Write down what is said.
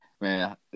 man